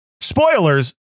Spoilers